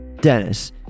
Dennis